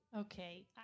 Okay